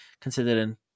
considering